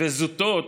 וזוטות